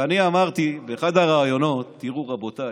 ואני אמרתי באחד הראיונות: תראו, רבותיי,